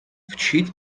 вчить